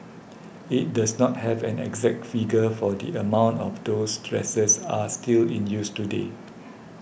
it does not have an exact figure for the amount of those dressers are still in use today